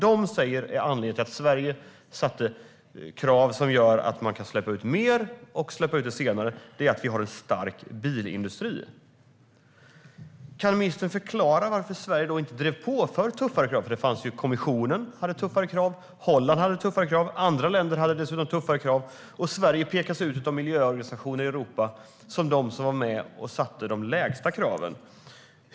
De säger att anledningen till att Sverige satte upp krav som gör att det går att släppa ut mer och med en senareläggning är en stark bilindustri. Kan ministern förklara varför Sverige inte drev på för tuffare krav? Kommissionen ställde tuffare krav. Holland ställde tuffare krav. Andra länder ställde tuffare krav. Sverige pekas ut av miljöorganisationer i Europa som det land som ställde de lägsta kraven.